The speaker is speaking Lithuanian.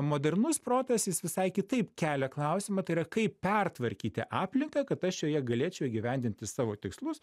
modernus protas jis visai kitaip kelia klausimą tai yra kaip pertvarkyti aplinką kad aš joje galėčiau įgyvendinti savo tikslus